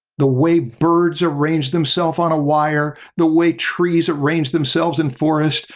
the way birds arrange themselves on a wire, the way trees arrange themselves in forest,